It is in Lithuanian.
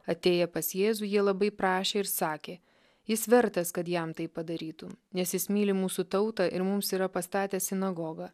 atėję pas jėzų jie labai prašė ir sakė jis vertas kad jam tai padarytų nes jis myli mūsų tautą ir mums yra pastatęs sinagogą